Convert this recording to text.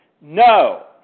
No